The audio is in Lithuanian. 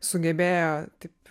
sugebėjo taip